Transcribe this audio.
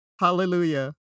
Hallelujah